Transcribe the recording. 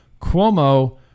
Cuomo